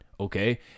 Okay